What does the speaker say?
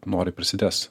noriai prisidės